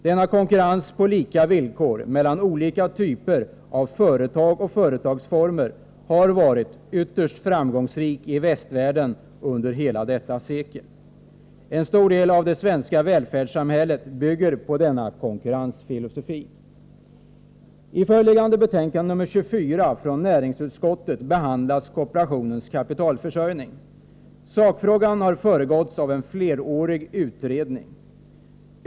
Denna konkurrens på lika villkor mellan olika typer av företag och företagsformer har varit ytterst framgångsrik i västvärlden under hela detta sekel. En stor del av det svenska välfärdssamhället bygger på denna konkurrensfilosofi. I föreliggande betänkande, nr 24 från näringsutskottet, behandlas kooperationens kapitalförsörjning. Sakfrågan har föregåtts av en flerårig utredning.